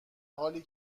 حالی